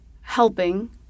helping